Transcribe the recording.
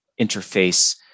interface